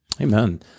Amen